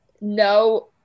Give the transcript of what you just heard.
no